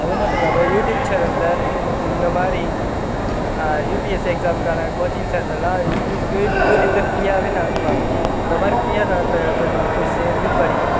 அது மட்டும் இல்லாமல் யூடியூப் சேனலில் இந்த மாதிரி யுபிஎஸ்சி எக்ஸாமுக்கான கோச்சிங் சென்டர்லாம் யுபி யூட் யூடியூபில் ஃப்ரீயாகவே நடத்துவாங்க அந்த மாதிரி ஃப்ரீயாக நடத்துகிற இடத்துல நீங்கள் போய் சேர்ந்து படிக்கலாம்